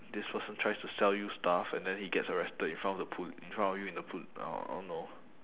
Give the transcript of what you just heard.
this person tries to sell you stuff and then he gets arrested in front of the pol~ in front of you in the pol~ uh I don't know